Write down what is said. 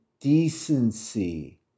decency